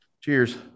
Cheers